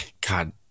God